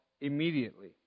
immediately